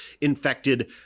infected